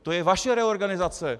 To je vaše reorganizace.